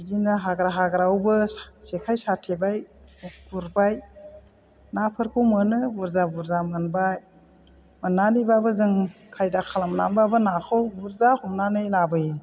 बिदिनो हाग्रा हाग्रायावबो जेखाय साथेबाय गुरबाय नाफोरखौ मोनो बुरजा बुरजा मोनबा मोन्नानैबाबो जों खायदा खालामनानैबाबो नाखौ बुरजा हमनानै लाबोयो